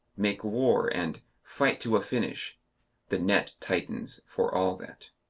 make war and fight to a finish the net tightens for all that.